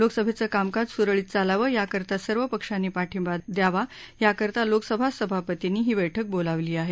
लोकसभेचं कामकाज सुरळीत चालावं याकरता सर्व पक्षांनी पाठिंबा यावा याकरता लोकसभा सभापतींनी ही बैठक बोलावली आहे